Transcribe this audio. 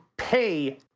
pay